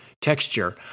texture